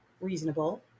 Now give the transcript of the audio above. reasonable